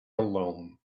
alone